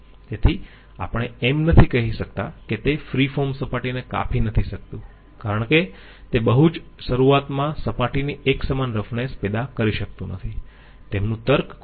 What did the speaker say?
તેથી આપણે એમ નથી કહી શકતા કે તે ફ્રી ફોર્મ સપાટીને કાપી નથી શકતું કારણ કે તે બહુ જ શરૂઆતમાં સપાટીની એકસમાન રફનેસ પેદા કરી શકતું નથી તેમનું તર્ક ખોટું છે